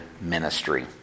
Ministry